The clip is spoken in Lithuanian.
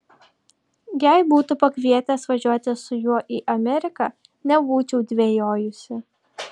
jei būtų pakvietęs važiuoti su juo į ameriką nebūčiau dvejojusi